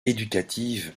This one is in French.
éducative